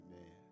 amen